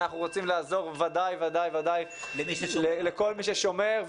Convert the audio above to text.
אנחנו בוודאי ובוודאי רוצים לעזור לכל מי ששומר,